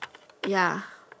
ya